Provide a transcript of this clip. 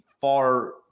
far